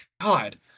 God